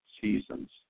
seasons